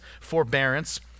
forbearance